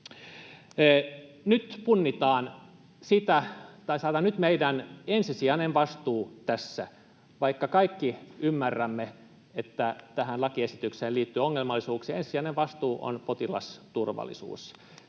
Nyt punnitaan sitä, tai sanotaan, nyt meidän ensisijainen vastuu tässä — vaikka kaikki ymmärrämme, että tähän lakiesitykseen liittyy ongelmallisuuksia — on potilasturvallisuus.